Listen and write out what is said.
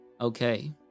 okay